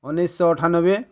ଉଣେଇଶ ଅଠାନବେ